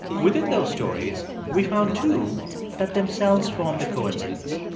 within those stories, we found two that themselves formed a coincidence